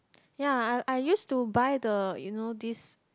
ya I I used to buy the you know this